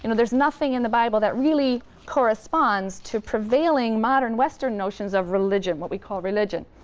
you know there's nothing in the bible that really corresponds to prevailing modern western notions of religion, what we call religion,